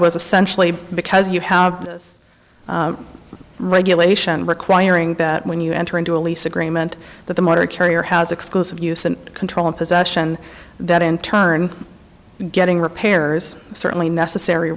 essentially because you have this regulation requiring that when you enter into a lease agreement that the motor carrier has exclusive use and control in possession that in turn getting repairs certainly necessary